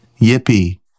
Yippee